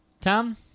Tom